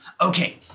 Okay